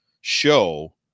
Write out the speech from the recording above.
show